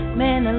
man